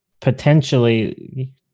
potentially